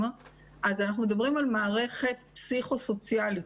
אז אנחנו מדברים על מערכת פסיכוסוציאלית,